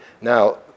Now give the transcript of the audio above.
Now